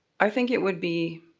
i think it would be,